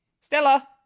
Stella